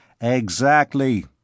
Exactly